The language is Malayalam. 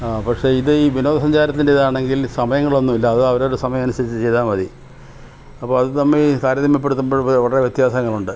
ആ പക്ഷെ ഇത് ഈ വിനോദ സഞ്ചാരത്തിൻ്റേത് ആണെങ്കിൽ സമയങ്ങളൊന്നും ഇല്ല അത് അവരവരെ സമയമനുസരിച്ചു ചെയ്താൽ മതി അപ്പോൾ അത് തമ്മിൽ താരതമ്യപ്പെടുത്തുമ്പോൾ വളരെ വ്യത്യാസങ്ങളുണ്ട്